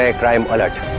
ah crime alert.